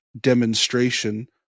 demonstration